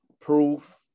Proof